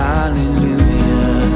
Hallelujah